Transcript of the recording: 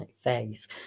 face